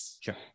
Sure